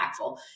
impactful